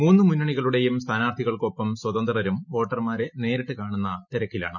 മൂന്നു മുന്നണികളുടെയും സ്ഥാനാർത്ഥികൾക്കൊപ്പം സ്വതന്ത്രരും വോട്ടർമാരെ നേരിട്ട് കാണുന്ന തിരക്കിലാണ്